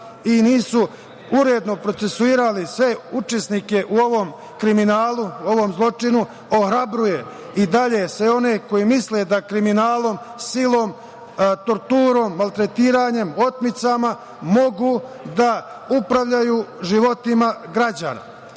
i nisu uredno procesuirali sve učesnike u ovom kriminalu, u ovom zločinu i ohrabruje i dalje sve one koji misle da kriminalom, silom, torturom, maltretiranjem, otmicama mogu da upravljaju životima građana. Država